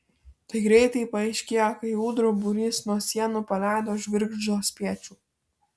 tai greitai paaiškėjo kai ūdrų būrys nuo sienų paleido žvirgždo spiečių